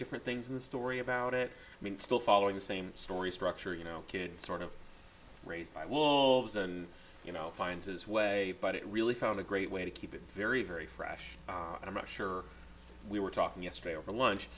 different things in the story about it i mean still following the same story structure you know kid sort of raised by wolves and you know finds his way but it really found a great way to keep it very very fresh and i'm not sure we were talking yesterday over lunch